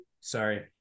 Sorry